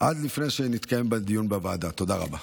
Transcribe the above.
עד לפני שיתקיים הדיון בוועדה, תודה רבה.